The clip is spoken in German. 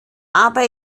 aber